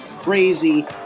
crazy